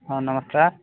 ହଁ ନମସ୍କାର